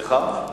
סליחה?